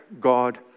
God